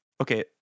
Okay